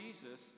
Jesus